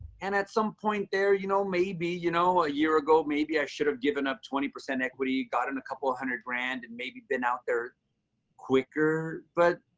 and at some point there, you know, maybe you know a year ago, maybe i should have given up twenty percent equity, got in a couple of hundred grand and maybe been out there quicker. but,